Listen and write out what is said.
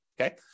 Okay